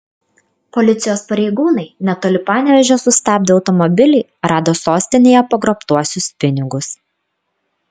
policijos pareigūnai netoli panevėžio sustabdę automobilį rado sostinėje pagrobtuosius pinigus